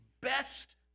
best